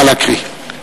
נא להקריא.